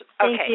Okay